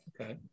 Okay